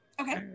Okay